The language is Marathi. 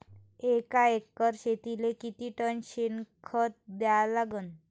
एका एकर शेतीले किती टन शेन खत द्या लागन?